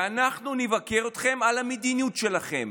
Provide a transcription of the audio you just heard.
ואנחנו נבקר אתכם על המדיניות שלכם,